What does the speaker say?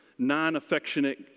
non-affectionate